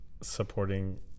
supporting